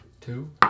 two